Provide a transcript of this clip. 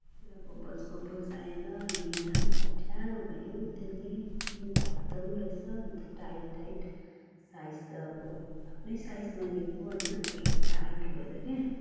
पुरा bubbles bubbles आएर हिँड्दा पनि अप्ठ्यारो भयो त्यसले अलिक घट्दो पनि रहेछ अन्त टाइट टाइट साइज त अब आफ्नै साइजमा लिएको होइन तर टाइट भएर के